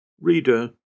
Reader